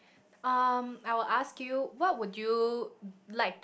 um I will ask you what would you like